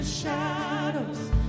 Shadows